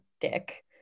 dick